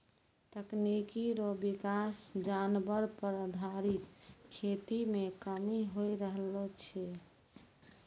तकनीकी रो विकास जानवर पर आधारित खेती मे कमी होय रहलो छै